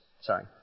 Sorry